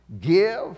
give